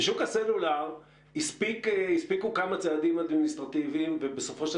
בשוק הסלולר הספיקו כמה צעדים אדמיניסטרטיביים ובסופו של